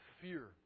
fear